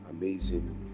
amazing